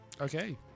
Okay